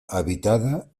habitada